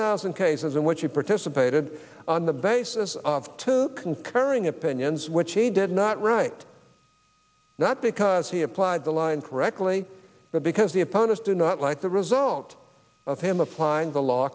thousand cases in which he participated on the basis of two concurring opinions which he did not write not because he applied the line correctly but because the opponents do not like the result of him applying the law